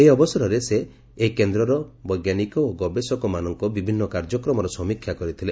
ଏହି ଅବସରରେ ସେ ଏହି କେନ୍ଦ୍ରର ବୈଜ୍ଞାନିକ ଓ ଗବେଷକମାନଙ୍କ ବିଭିନ୍ନ କାର୍ଯ୍ୟକ୍ରମର ସମୀକ୍ଷା କରିଥିଲେ